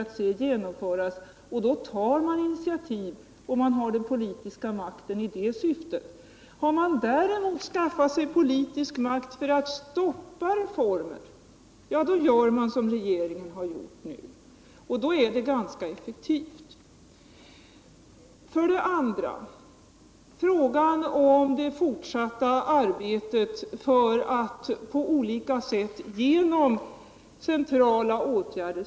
Om man kämpat för och uppnått den politiska makten i ett sådant syfte, då tar man initiativ. Har man däremot skaffat sig politisk makt för att stoppa reformer, då gör man som regeringen nu har gjort, och det är ganska effektivt. För det tredje vill jag ta upp frågan om det fortsatta arbetet med att stimulera verksamheten genom olika centrala åtgärder.